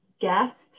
guest